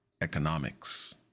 economics